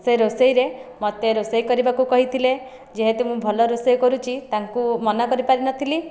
ସେ ରୋଷେଇରେ ମୋତେ ରୋଷେଇ କରିବାକୁ କହିଥିଲେ ଯେହେତୁ ମୁଁ ଭଲ ରୋଷେଇ କରୁଛି ତାଙ୍କୁ ମନା କରିପାରିନଥିଲି